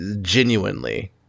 genuinely